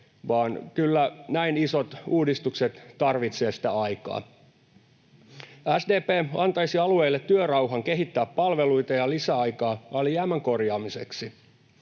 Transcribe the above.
sillä kyllä näin isot uudistukset tarvitsevat sitä aikaa. SDP antaisi alueille työrauhan kehittää palveluita ja lisäaikaa alijäämän korjaamiseksi.